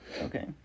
Okay